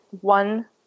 one